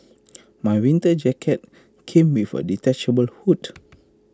my winter jacket came with A detachable hood